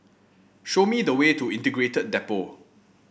show me the way to Integrated Depot